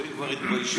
הצבועים כבר התביישו,